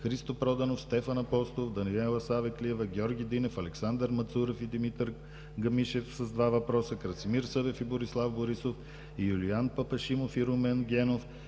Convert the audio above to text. Христо Проданов; Стефан Апостолов, Даниела Савеклиева, Георги Динев, Александър Мацурев и Димитър Гамишев – два въпроса; Красимир Събев и Борислав Борисов; Юлиян Папашимов и Румен Генов;